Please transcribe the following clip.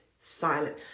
silent